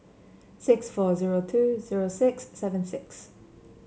six four zero two zero six seven six